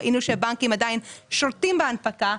ראינו שהבנקים עדיין שולטים בהנפקה,